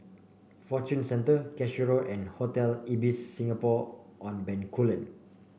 Fortune Centre Cashew Road and Hotel Ibis Singapore On Bencoolen